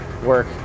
work